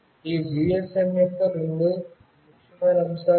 ఈ GSM యొక్క రెండు ముఖ్యమైన అంశాలు ఇవి